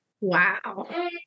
Wow